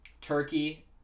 Turkey